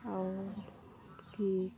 আৰু কি